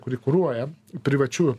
kuri kuruoja privačių